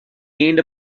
gained